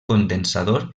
condensador